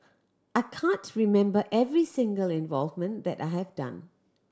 I can't remember every single involvement that I have done